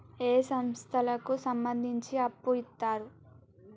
ఏ సంస్థలకు సంబంధించి అప్పు ఇత్తరు?